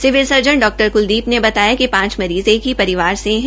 civil surgeon डा क्लदीप ने बताया कि पांच मरीज़ एक ही परिवार से है